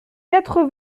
quatre